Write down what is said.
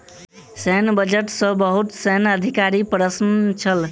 सैन्य बजट सॅ बहुत सैन्य अधिकारी प्रसन्न छल